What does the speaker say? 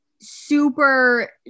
super